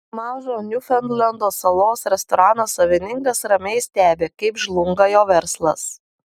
mažo niufaundlendo salos restorano savininkas ramiai stebi kaip žlunga jo verslas